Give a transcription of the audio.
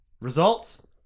Results